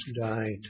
died